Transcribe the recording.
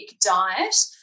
diet